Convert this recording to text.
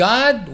God